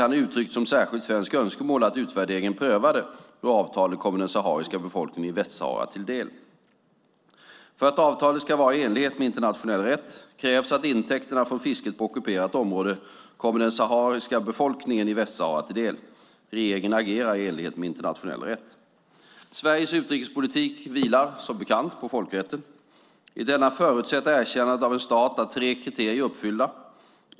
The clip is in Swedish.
Han uttryckte som särskilt svenskt önskemål att utvärderingen prövade hur avtalet kommer den sahariska befolkningen i Västsahara till del. För att avtalet ska vara i enlighet med internationell rätt krävs att intäkterna från fisket på ockuperat område kommer den sahariska befolkningen i Västsahara till del. Regeringen agerar i enlighet med internationell rätt. Sveriges utrikespolitik vilar som bekant på folkrätten. Enligt denna förutsätter erkännande av en stat att tre kriterier är uppfyllda.